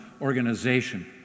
organization